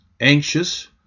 anxious